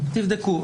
תבדקו.